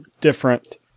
different